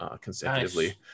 consecutively